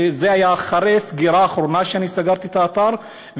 וזה היה אחרי הסגירה האחרונה שאני סגרתי את האתר,